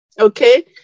okay